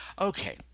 Okay